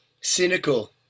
cynical